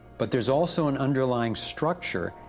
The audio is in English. but there's also and underlaying structure,